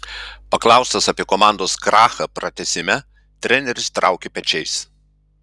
paklaustas apie komandos krachą pratęsime treneris traukė pečiais